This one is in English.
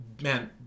man